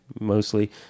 mostly